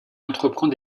entreprend